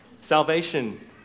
Salvation